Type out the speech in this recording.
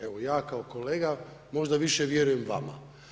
Evo, ja kao kolega, možda više vjerujem vama.